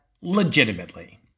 legitimately